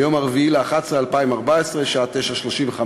ביום 4 בנובמבר 2014 בשעה 09:35,